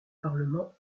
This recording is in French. parlement